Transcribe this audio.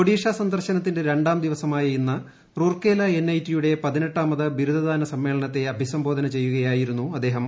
ഒഡീഷ സന്ദർശനത്തിന്റെ രണ്ട്ടാം ദിവസമായ ഇന്ന് റൂർക്കേല എൻഐടിയുടെ പ്രിന്നെട്ടാമത് ബിരുദദാന സമ്മേളനത്തെ അഭിസംബോധന്റ് ചെയ്യുകയായിരുന്നു അദ്ദേഹം